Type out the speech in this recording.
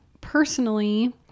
personally